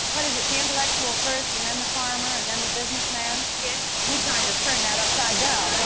what is it the intellectual first, and then the farmer, and then the businessman? yes we kind of turn that upside down